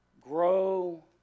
Grow